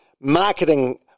marketing